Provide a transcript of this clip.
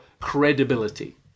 credibility